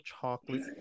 chocolate